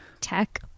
Tech-